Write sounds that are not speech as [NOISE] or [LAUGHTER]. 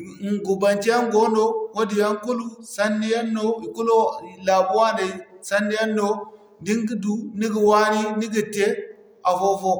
[NOISE] Gubance yaŋ goono, wadin yaŋ kulu sanni yaŋ no, ikulu laabu waney sanni yaŋ no, da ni ga du ni ga waani, ni ga tey afo-fo.